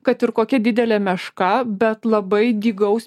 kad ir kokia didelė meška bet labai dygaus